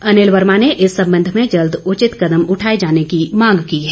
अनिल वर्मा ने इस संबंध में जल्द उचित कदम उठाए जाने की मांग की है